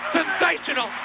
sensational